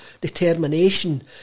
determination